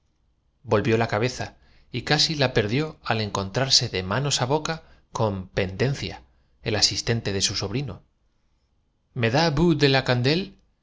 volvió la cabeza y casi la perdió al encontrarse de manos á boca con pendencia el asis tente de su sobrino me da vu de la candel